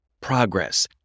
progress